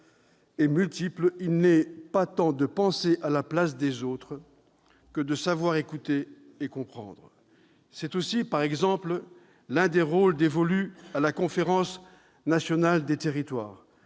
est multiple, il est moins de penser à la place des autres que de savoir écouter et comprendre. C'est aussi, entre autres missions, l'un des rôles dévolus à la Conférence nationale des territoires.